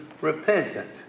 repentant